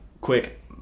quick